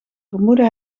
vermoedde